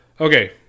okay